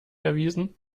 erwiesen